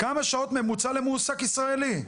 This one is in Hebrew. כמה שעות ממוצע למועסק ישראלי?